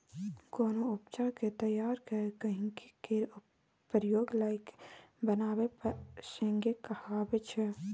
कोनो उपजा केँ तैयार कए गहिंकी केर प्रयोग लाएक बनाएब प्रोसेसिंग कहाबै छै